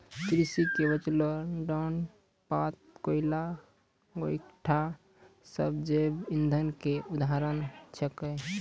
कृषि के बचलो डांट पात, कोयला, गोयठा सब जैव इंधन के उदाहरण छेकै